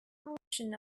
function